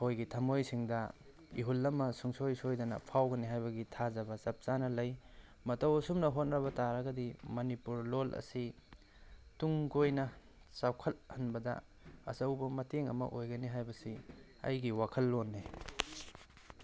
ꯃꯣꯏꯒꯤ ꯊꯃꯣꯏꯁꯤꯡꯗ ꯏꯍꯨꯜ ꯑꯃ ꯁꯨꯡꯁꯣꯏ ꯁꯣꯏꯗꯅ ꯐꯥꯎꯒꯅꯤ ꯍꯥꯏꯕꯒꯤ ꯊꯥꯖꯕ ꯆꯞ ꯆꯥꯅ ꯂꯩ ꯃꯇꯧ ꯑꯁꯨꯝꯅ ꯍꯣꯠꯅꯕ ꯇꯔꯒꯗꯤ ꯃꯅꯤꯄꯨꯔ ꯂꯣꯜ ꯑꯁꯤ ꯇꯨꯡ ꯀꯣꯏꯅ ꯆꯥꯎꯈꯠꯍꯟꯕꯗ ꯑꯆꯧꯕ ꯃꯇꯦꯡ ꯑꯃ ꯑꯣꯏꯒꯅꯤ ꯍꯥꯏꯕꯁꯤ ꯑꯩꯒꯤ ꯋꯥꯈꯜꯂꯣꯟꯅꯤ